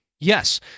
Yes